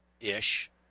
ish